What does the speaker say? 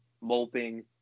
moping